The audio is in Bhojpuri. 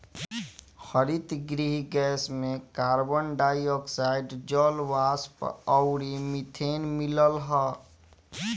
हरितगृह गैस में कार्बन डाई ऑक्साइड, जलवाष्प अउरी मीथेन मिलल हअ